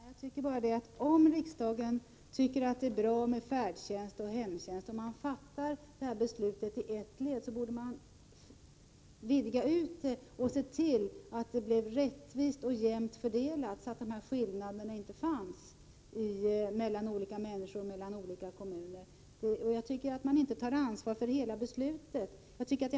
Herr talman! Jag tycker bara, att om riksdagen anser att det är bra med färdtjänst och hemtjänst och fattar beslut om det, bör vi också se till att dessa förmåner blir rättvist och jämnt fördelade, så att skillnaderna mellan olika människor och olika kommuner försvinner. Jag tycker inte att man tar ansvar för hela beslutet på detta sätt.